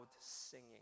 singing